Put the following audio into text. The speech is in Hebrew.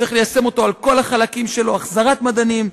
צריך ליישם אותו על כל החלקים שלו: החזרת מדענים,